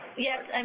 yes, and